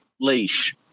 leash